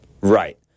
Right